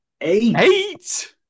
Eight